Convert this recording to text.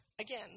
again